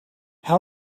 how